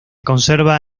conserva